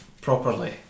properly